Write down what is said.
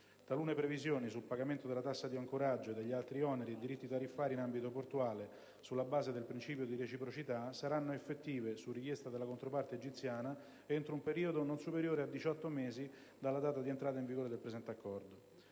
Talune previsioni sul pagamento della tassa di ancoraggio e degli altri oneri e diritti tariffari in ambito portuale sulla base del principio di reciprocità saranno effettive, su richiesta della controparte egiziana, entro un periodo non superiore a 18 mesi dalla data di entrata in vigore del presente Accordo.